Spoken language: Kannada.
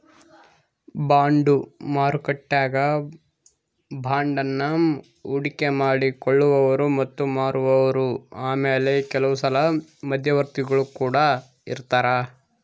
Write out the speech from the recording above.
ಬಾಂಡು ಮಾರುಕಟ್ಟೆಗ ಬಾಂಡನ್ನ ಹೂಡಿಕೆ ಮಾಡಿ ಕೊಳ್ಳುವವರು ಮತ್ತೆ ಮಾರುವವರು ಆಮೇಲೆ ಕೆಲವುಸಲ ಮಧ್ಯವರ್ತಿಗುಳು ಕೊಡ ಇರರ್ತರಾ